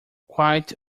quite